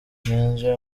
ninjiye